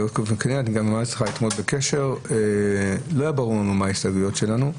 לא היה ברור לנו מהן ההסתייגויות שלנו.